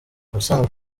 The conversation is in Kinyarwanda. ubusanzwe